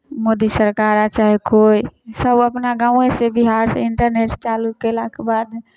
मोदी सरकार आ चाहे कोइ सभ अपना गाँवेसँ बिहारसँ इन्टरनेट चालू कयलाके बाद